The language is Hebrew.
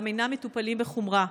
גם אינם מטופלים בחומרה.